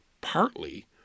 Partly